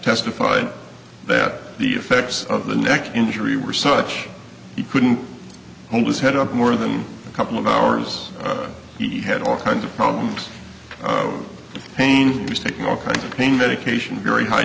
testified that the effects of the neck injury were such he couldn't hold his head up more than a couple of hours he had all kinds of problems pain is taking all kinds of pain medication very high